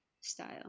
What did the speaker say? style